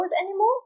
anymore